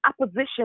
Opposition